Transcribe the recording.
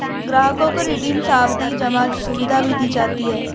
ग्राहकों को रिडीम सावधी जमा सुविधा भी दी जाती है